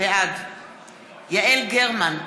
בעד יעל גרמן,